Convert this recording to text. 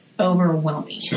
overwhelming